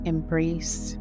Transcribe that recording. Embrace